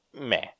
meh